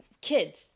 kids